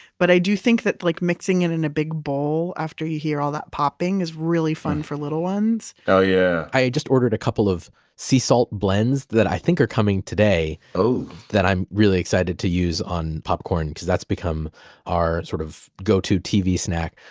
but i do think that like mixing it in a big bowl after you hear all that popping is really fun for little ones oh, yeah i just ordered a couple of sea salt blends that i think are coming today that i'm really excited to use on popcorn, because that's become our sort of go to tv snack.